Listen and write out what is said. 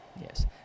Yes